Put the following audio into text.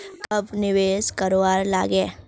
कब निवेश करवार लागे?